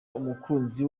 umukunzi